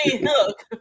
look